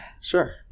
Sure